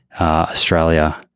Australia